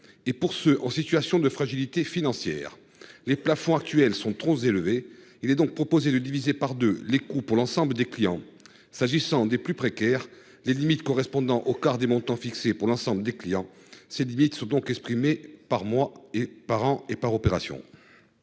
Et pour ceux en situation de fragilité financière les plafonds actuels sont trop élevés, il est donc proposé de diviser par 2, les coûts pour l'ensemble des clients. S'agissant des plus précaires les limites correspondant au quart des montant fixé pour l'ensemble des clients. Ces limites sont donc exprimés par mois et par an et par opération.